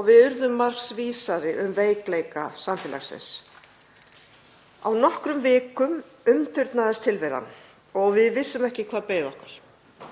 og við urðum margs vísari um veikleika samfélagsins. Á nokkrum vikum umturnaðist tilveran og við vissum ekki hvað beið okkar,